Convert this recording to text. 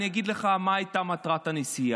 אני אגיד לך מה הייתה מטרת הנסיעה.